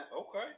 Okay